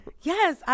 Yes